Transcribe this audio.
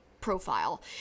profile